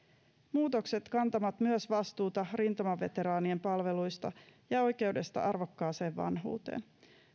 muutokset kantavat myös vastuuta rintamaveteraanien palveluista ja oikeudesta arvokkaaseen vanhuuteen